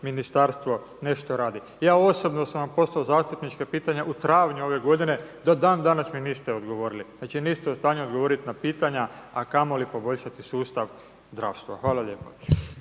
ministarstvo nešto radi. Ja osobno sam vam poslao zastupnička pitanja u travnju ove godine. Do dan danas mi niste odgovorili. Znači niste u stanju odgovoriti na pitanja, a pogotovo poboljšati sustav zdravstva. Hvala lijepa.